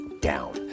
down